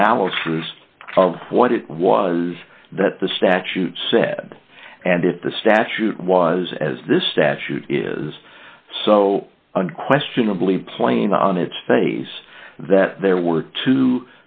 analysis of what it was that the statute said and if the statute was as this statute is so unquestionably plain on its face that there were two